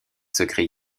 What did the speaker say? secrets